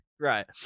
Right